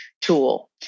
tool